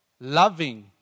loving